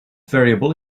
variable